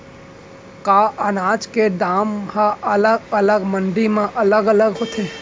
का अनाज के दाम हा अलग अलग मंडी म अलग अलग होथे?